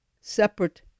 separate